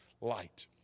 light